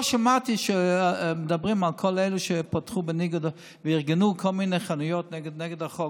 לא שמעתי שמדברים על כל אלו שפתחו וארגנו כל מיני חנויות נגד החוק,